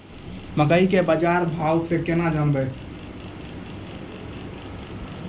मकई के की बाजार भाव से केना जानवे?